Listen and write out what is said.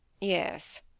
Yes